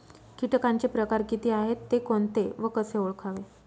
किटकांचे प्रकार किती आहेत, ते कोणते व कसे ओळखावे?